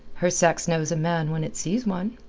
her sex knows a man when it sees one.